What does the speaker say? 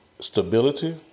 stability—